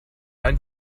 ein